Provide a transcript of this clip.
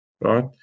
Right